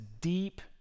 deep